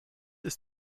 ist